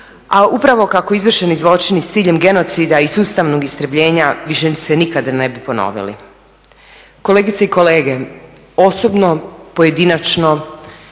a upravo kako izvršeni zločini s ciljem genocida i sustavnog istrebljenja više se nikada ne bi ponovili. Kolegice i kolege osobno, pojedinačno,